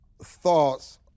thoughts